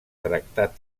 tractat